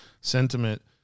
sentiment